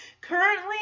Currently